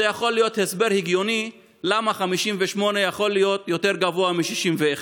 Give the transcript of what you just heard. זה יכול להיות הסבר הגיוני למה 58 יכול להיות יותר גבוה מ-61.